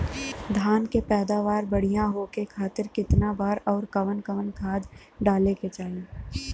धान के पैदावार बढ़िया होखे खाती कितना बार अउर कवन कवन खाद डाले के चाही?